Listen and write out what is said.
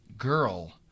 Girl